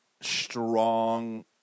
strong